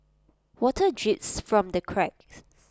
water drips from the cracks